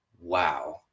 wow